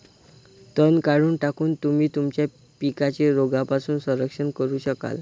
तण काढून टाकून, तुम्ही तुमच्या पिकांचे रोगांपासून संरक्षण करू शकाल